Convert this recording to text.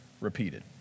repeated